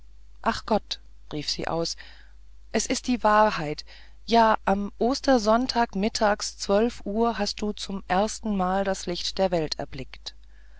ach gott rief sie aus es ist die wahrheit ja am ostersonntag mittags zwölf uhr hast du zum erstenmal das licht der welt erblickt